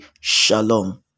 Shalom